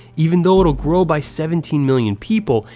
even though will grow by seventeen million people,